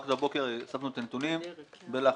רק הבוקר אספנו את הנתונים, בלחץ.